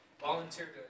volunteer